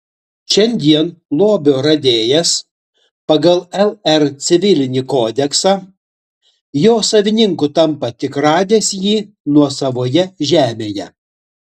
šiandien lobio radėjas pagal lr civilinį kodeksą jo savininku tampa tik radęs jį nuosavoje žemėje